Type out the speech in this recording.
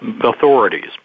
authorities